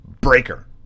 breaker